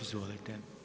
Izvolite.